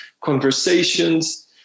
conversations